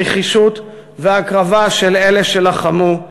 הנחישות וההקרבה של אלה שלחמו,